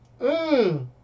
Mmm